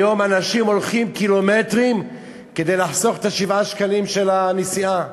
היום אנשים הולכים קילומטרים כדי לחסוך את 7 השקלים של הנסיעה.